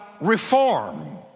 reform